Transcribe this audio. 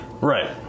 Right